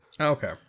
okay